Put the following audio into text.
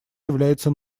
является